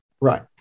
Right